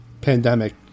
pandemic-